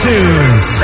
Tunes